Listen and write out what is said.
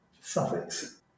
suffix